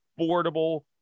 affordable